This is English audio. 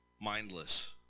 mindless